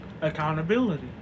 Accountability